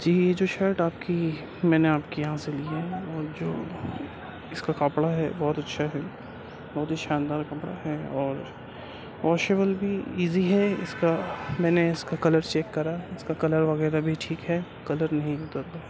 جی یہ جو شرٹ آپ کی میں نے آپ کے یہاں سے لی ہے اور جو اس کا کپڑا ہے بہت اچھا ہے بہت ہی شاندار کپڑا ہے اور واشیبل بھی ایزی ہے اس کا میں نے اس کا کلر چیک کرا اس کا کلر وغیرہ بھی ٹھیک ہے کلر نہیں اترتا